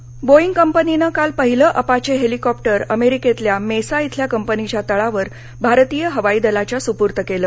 Apache Boeing कंपनीनं काल पहिलं अपाचे हेलीकॉप्टर अमेरिकेतल्या मेसा धिल्या कंपनीच्या तळावर भारतीय हवाईदलाच्या सुपूर्द केलं